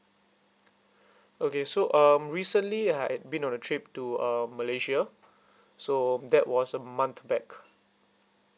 okay so um recently I've been on a trip to um malaysia so that was a month back